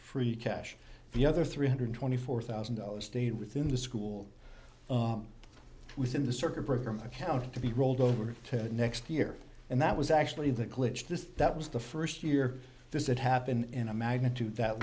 free cash the other three hundred twenty four thousand dollars stayed within the school within the circuit breaker my account to be rolled over to next year and that was actually the cleage this that was the first year does that happen in a magnitude that